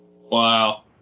Wow